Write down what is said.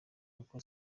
kuko